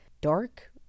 dark